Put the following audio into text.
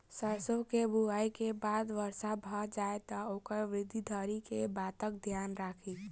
सैरसो केँ बुआई केँ बाद वर्षा भऽ जाय तऽ ओकर वृद्धि धरि की बातक ध्यान राखि?